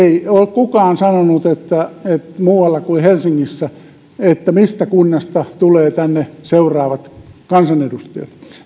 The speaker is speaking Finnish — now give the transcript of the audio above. kukaan sanonut muualla kuin helsingissä mistä kunnasta tulevat tänne seuraavat kansanedustajat